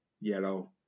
yellow